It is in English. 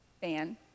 fan